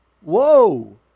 whoa